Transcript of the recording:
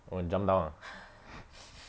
want to jump down ah